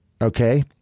Okay